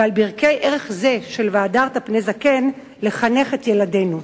ועל ברכי ערך זה של "והדרת פני זקן" לחנך את ילדינו.